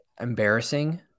embarrassing